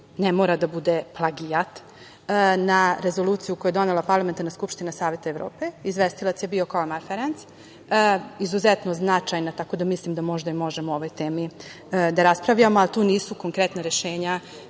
ne mora da bude plagijat, na rezoluciju koju je donela parlamentarna Skupština Saveta Evrope, izvestilac je bio … (ne razume se), izuzetno značajna tako da mislim da možda i možemo o ovoj temi da raspravljamo, a tu nisu konkretna rešenja